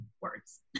words